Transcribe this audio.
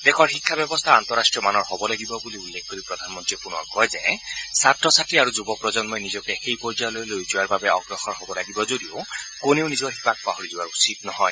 দেশৰ শিক্ষা ব্যৱস্থা আন্তঃৰাষ্ট্ৰীয় মানৰ হ'ব লাগিব বুলি উল্লেখ কৰি প্ৰধানমন্ত্ৰীয়ে পুনৰ কয় যে ছাত্ৰ ছাত্ৰী আৰু যুৱ প্ৰজন্মই নিজকে সেই পৰ্যায়লৈ লৈ যোৱাৰ বাবে অগ্ৰসৰ হ'ব লাগিব যদিও কোনেও নিজৰ শিপাক পাহৰি যোৱা উচিত নহয়